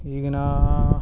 ಈಗಿನ